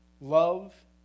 love